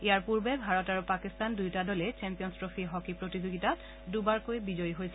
ইয়াৰ পূৰ্বে ভাৰত আৰু পাকিস্তান দুয়োটা দলে চেম্পিয়ন্ছ ট্ৰফী হকী প্ৰতিযোগিতাত দুবাৰকৈ বিজয়ী হৈছিল